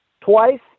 twice